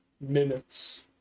minutes